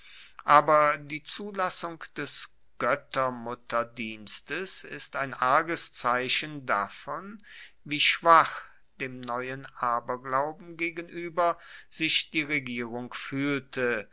aber die zulassung des goettermutterdienstes ist ein arges zeichen davon wie schwach dem neuen aberglauben gegenueber sich die regierung fuehlte